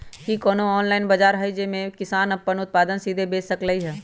कि कोनो ऑनलाइन बाजार हइ जे में किसान अपन उत्पादन सीधे बेच सकलई ह?